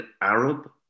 Arab